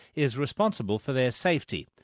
is responsible for their safety.